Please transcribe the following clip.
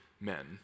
men